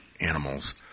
animals